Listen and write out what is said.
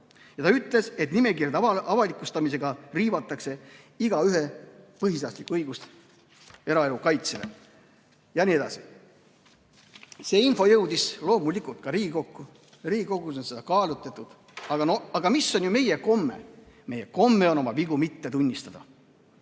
Ta ütles, et nimekirjade avalikustamisega riivatakse igaühe põhiseaduslikku õigust eraelu kaitsele. Jne. See info jõudis loomulikult ka Riigikokku. Riigikogus sai seda kaalutletud. Aga mis on meie komme? Meie komme on oma vigu mitte tunnistada.